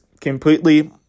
completely